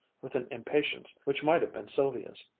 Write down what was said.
with an impatience which might have been sylvia's.